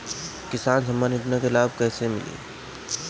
किसान सम्मान योजना के लाभ कैसे मिली?